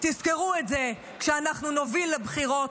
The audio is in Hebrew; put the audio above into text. תזכרו את זה כשאנחנו נוביל לבחירות,